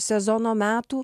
sezono metų